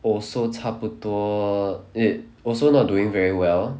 also 差不多 it also not doing very well